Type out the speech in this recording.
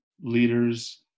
leaders